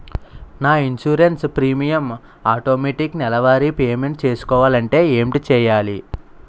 నా insurance premium automatic నెలవారి payment చేసుకోవాలంటే ఏంటి చేయాలి?